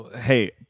hey